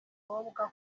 b’abakobwa